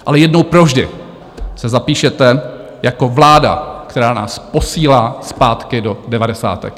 Ale jednou provždy se zapíšete jako vláda, která nás posílá zpátky do devadesátek!